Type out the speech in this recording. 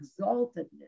exaltedness